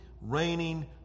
reigning